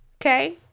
Okay